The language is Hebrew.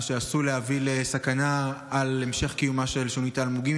מה שעשוי להביא לסכנה להמשך קיומה של שונית האלמוגים.